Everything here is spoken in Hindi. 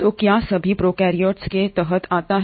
तो क्या सभी प्रोकैरियोट्स के तहत आता है